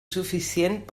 suficient